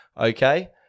okay